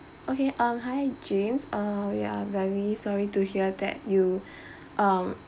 okay um hi james uh we are very sorry to hear that you um